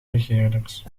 regeerders